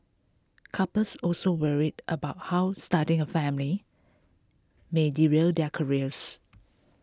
couples also worry about how starting a family may derail their careers